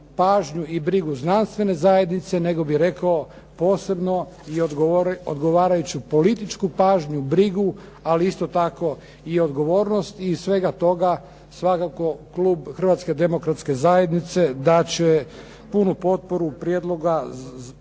pažnju i brigu znanstvene zajednice, nego bih rekao posebno i odgovarajuću političku pažnju, brigu, ali isto tako i odgovornost i iz svega toga svakako klub Hrvatske demokratske zajednice dati će punu potporu Prijedlogu